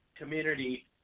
Community